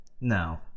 No